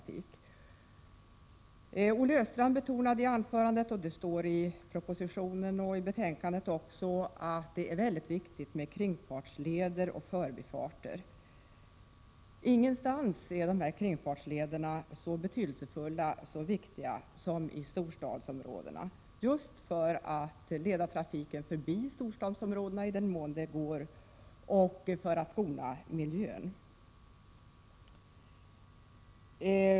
Olle Östrand betonade i anförandet — det står i propositionen och i betänkandet också — att det är mycket viktigt med kringfartsleder och förbifarter. Men ingenstans är de här kringsfartslederna så betydelsefulla som i storstadsområdena, just för att leda trafiken förbi staden i den mån det går och för att skona miljön.